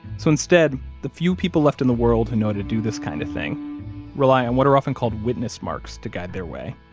so instead, the few people left in the world who know how to do this kind of thing rely on what are often called witness marks to guide their way.